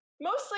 mostly